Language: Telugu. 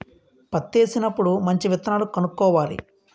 పత్తేసినప్పుడు మంచి విత్తనాలు కొనుక్కోవాలి